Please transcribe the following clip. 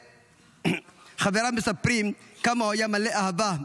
חבריו מספרים כמה הוא היה מלא אהבה,